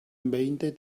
veinte